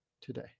today